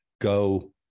go